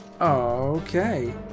Okay